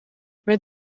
met